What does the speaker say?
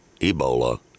Ebola